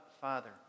Father